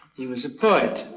he was a poet.